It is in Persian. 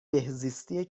بهزیستی